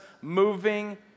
moving